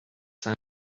sends